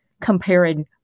comparing